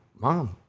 Mom